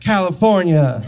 California